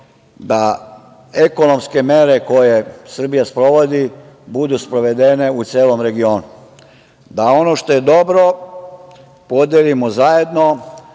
da ekonomske mere koje Srbija sprovodi budu sprovedene u celom regionu. Da ono što je dobro podelimo zajedno